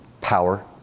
Power